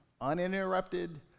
uninterrupted